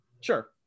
Sure